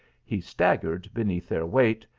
he staggered beneath their weight,